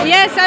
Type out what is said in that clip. Yes